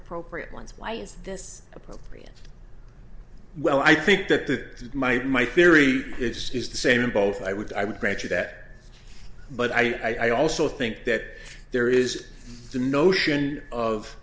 appropriate ones why is this appropriate well i think that my my theory is is the same in both i would i would grant you that but i also think that there is the notion of